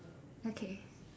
okay